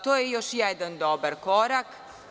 To je još jedan dobar korak.